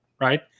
right